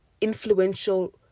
influential